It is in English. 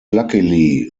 luckily